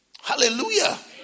Hallelujah